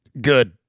good